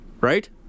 right